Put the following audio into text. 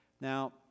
Now